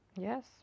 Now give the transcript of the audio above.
yes